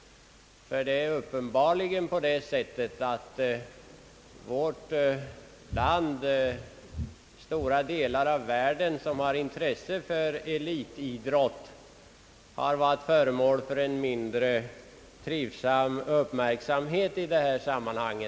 Ty det är uppenbarligen på det sättet att vårt land i stora delar av världen, som har intresse för elitidrott, har varit föremål för en mindre trivsam uppmärksamhet i detta sammanhang.